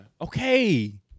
Okay